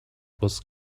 was